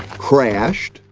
crashed,